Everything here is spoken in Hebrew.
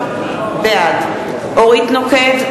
בעד אורית נוקד,